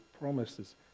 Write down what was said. promises